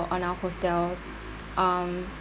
or on our hotel's um